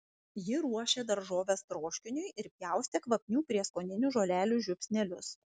ji ruošė daržoves troškiniui ir pjaustė kvapnių prieskoninių žolelių žiupsnelius